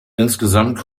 insgesamt